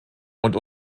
und